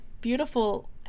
beautiful